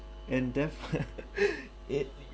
and death it